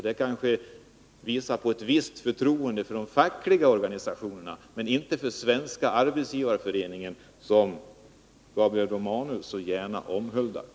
Det kanske visar på ett visst förtroende för de fackliga organisationerna men inte för Svenska arbetsgivareföreningen, som Gabriel Romanus så gärna omhuldar.